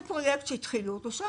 זה פרויקט שהתחילו אותו שם,